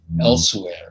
elsewhere